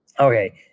Okay